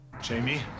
Jamie